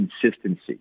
consistency